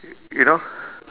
y~ you know